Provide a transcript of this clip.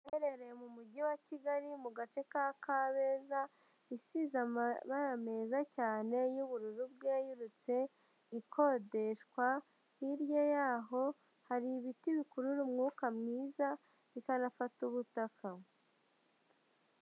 Iherereye mu mujyi wa Kigali mu gace ka Kabeza, isize amabara meza cyane y'ubururu bwererutse ikodeshwa, hirya yaho hari ibiti bikurura umwuka mwiza bikanafata ubutaka.